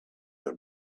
they